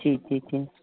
जी जी जी